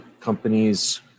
companies